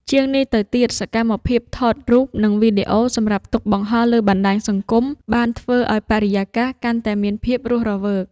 ជាងនេះទៅទៀត សកម្មភាពថតរូប និងវីដេអូសម្រាប់ទុកបង្ហោះលើបណ្ដាញសង្គម បានធ្វើឱ្យបរិយាកាសកាន់តែមានភាពរស់រវើក។